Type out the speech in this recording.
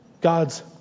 God's